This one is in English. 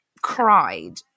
cried